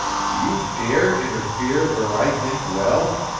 do you dare interfere where i think well?